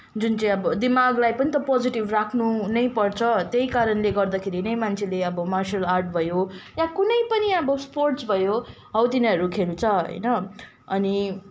जुन चाहिँ अब दिमागलाई पनि त पोजिटिभ राख्नु नै पर्छ त्यही कारणले गर्दाखेरी नै मान्छेले अब मार्सल आर्ट भयो या कुनै पनि अब स्पोर्ट्स भयो हो तिनीहरू खेल्छ होइन अनि